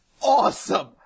awesome